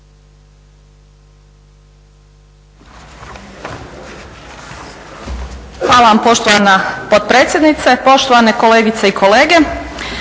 Hvala vam poštovana potpredsjednice. Poštovane kolegice i kolege.